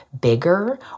bigger